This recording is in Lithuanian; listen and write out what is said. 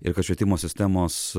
ir kad švietimo sistemos